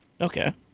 Okay